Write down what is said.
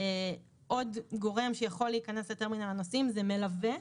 עוד גורם שיכול להיכנס לטרמינל הנוסעים זה מלווה,